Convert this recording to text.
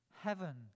Heaven